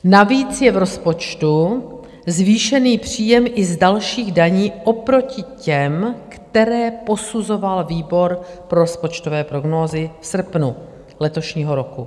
Navíc je v rozpočtu zvýšený příjem i z dalších daní oproti těm, které posuzoval výbor pro rozpočtové prognózy v srpnu letošního roku.